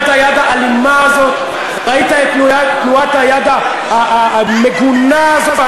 ראית את תנועת היד האלימה הזאת?